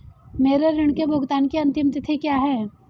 मेरे ऋण के भुगतान की अंतिम तिथि क्या है?